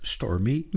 Stormy